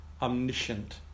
Omniscient